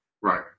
Right